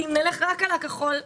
אם לך רק על הכחול,